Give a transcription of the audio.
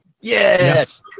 Yes